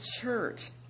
church